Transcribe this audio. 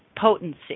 potency